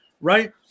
right